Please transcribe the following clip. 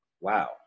Wow